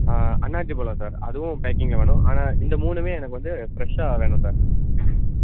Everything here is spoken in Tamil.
ஆ அன்னாசி பழம் சார் அதுவும் பேக்கிங்கில் வேணும் ஆனால் இந்த மூணுமே எனக்கு வந்து ஃப்ரெஷ்ஷாக வேணும் சார்